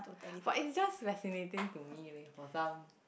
but it's just fascinating to me leh for some